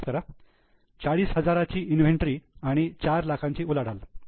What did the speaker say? माफ करा 40000ची इन्व्हेंटरी आणि 4 लाखांची उलाढाल